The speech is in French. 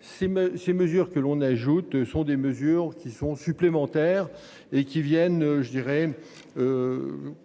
ces mesures que l'on ajoute sont des mesures qui sont supplémentaires et qui viennent je dirais.